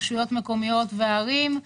רשויות מקומיות וערים.